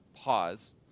pause